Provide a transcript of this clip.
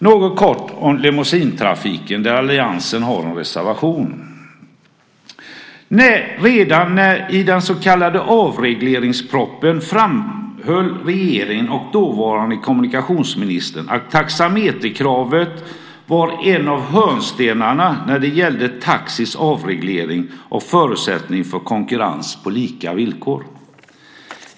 Jag ska kort säga något om limousintrafiken, som alliansen har en reservation om. Redan i den så kallade avregleringspropositionen framhöll regeringen och dåvarande kommunikationsministern att taxameterkravet var en av hörnstenarna för taxis avreglering och en förutsättning för konkurrens på lika villkor.